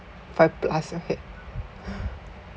five plus ahead